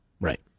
Right